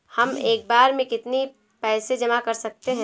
हम एक बार में कितनी पैसे जमा कर सकते हैं?